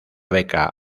beca